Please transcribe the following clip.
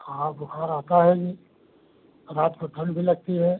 हाँ बुखार आता है जी रात को ठंड भी लगती है